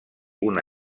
una